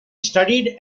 studied